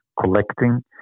collecting